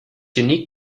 unique